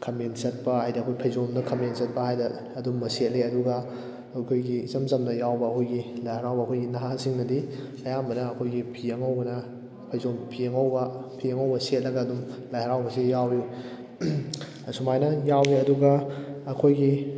ꯈꯥꯃꯦꯟ ꯆꯠꯄ ꯍꯥꯏꯗꯤ ꯑꯩꯈꯣꯏ ꯐꯩꯖꯣꯝꯗ ꯈꯥꯃꯦꯟ ꯆꯠꯄ ꯍꯥꯏꯗꯅ ꯑꯗꯨꯒꯨꯝꯕ ꯁꯦꯠꯂꯤ ꯑꯗꯨꯒ ꯑꯩꯈꯣꯏꯒꯤ ꯏꯆꯝ ꯆꯝꯅ ꯌꯥꯎꯕ ꯑꯩꯈꯣꯏꯒꯤ ꯂꯥꯏ ꯍꯔꯥꯎꯕ ꯑꯩꯈꯣꯏꯒꯤ ꯅꯍꯥꯁꯤꯡꯅꯗꯤ ꯑꯌꯥꯝꯕꯅ ꯑꯩꯈꯣꯏꯒꯤ ꯐꯤ ꯑꯉꯧꯕꯅ ꯐꯩꯖꯣꯝ ꯐꯤ ꯑꯉꯧꯕ ꯐꯤ ꯑꯉꯧꯕ ꯁꯦꯠꯂꯒ ꯑꯗꯨꯝ ꯂꯥꯏ ꯍꯔꯥꯎꯕꯁꯤ ꯌꯥꯎꯏ ꯑꯁꯨꯃꯥꯏꯅ ꯌꯥꯎꯏ ꯑꯗꯨꯒ ꯑꯩꯈꯣꯏꯒꯤ